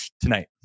tonight